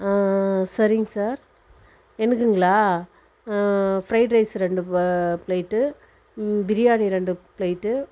சரிங்க சார் எனக்குங்களா fried rice ரெண்டு பிளேட்டு பிரியாணி ரெண்டு பிளேட்டு